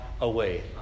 away